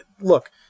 look